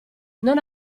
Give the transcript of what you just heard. non